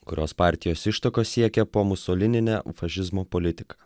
kurios partijos ištakos siekia po musolinio fašizmo politiką